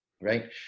right